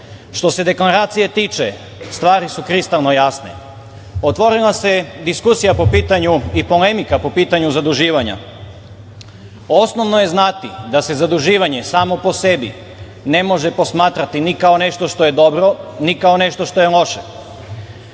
se deklaracije tiče, stvari su kristalno jasne, otvorila se diskusija po pitanju i polemika po pitanju zaduživanja. Osnovno je znati da se zaduživanje samo po sebi ne može posmatrati ni kao nešto što je dobro, ni kao nešto što je loše.